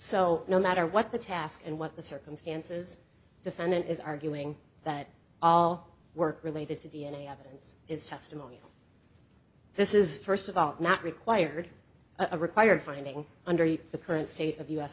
so no matter what the task and what the circumstances defendant is arguing that all work related to d n a evidence is testimony this is first of all that required a required finding under the current state of u